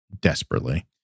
desperately